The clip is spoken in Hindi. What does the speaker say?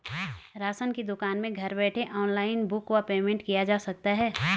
राशन की दुकान में घर बैठे ऑनलाइन बुक व पेमेंट किया जा सकता है?